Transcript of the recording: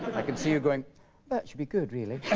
i can see you're going that should be good really?